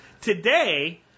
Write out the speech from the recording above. Today